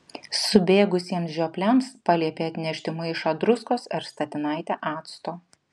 subėgusiems žiopliams paliepė atnešti maišą druskos ir statinaitę acto